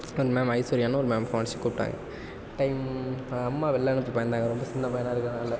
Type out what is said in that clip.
அந்த மேம் ஐஸ்வர்யானு ஒரு மேம் ஃபோன் அடித்து கூப்பிட்டாங்க டைம் அம்மா வெளில அனுப்ப பயந்தாங்கள் ரொம்ப சின்ன பையனாக இருக்கிறதுனால